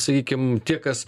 sakykim tie kas